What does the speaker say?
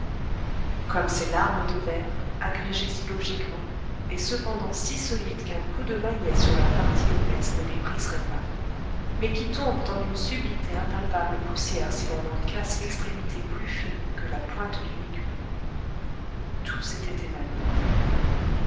comme ces larmes de verre agrégées illogiquement et cependant si solides qu'un coup de maillet sur leur partie épaisse ne les briserait pas mais qui tombent en une subite et impalpable poussière si l'on en casse l'extrémité plus fine que la pointe d'une aiguille tout s'était évanoui